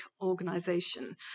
organization